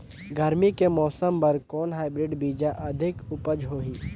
गरमी के मौसम बर कौन हाईब्रिड बीजा अधिक उपज होही?